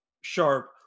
Sharp